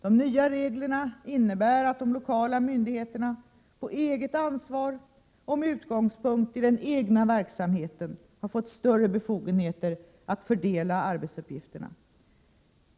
De nya reglerna innebär att de lokala myndigheterna har fått större befogenheter att på eget ansvar och med utgångspunkt i den egna verksamheten fördela arbetsuppgifterna.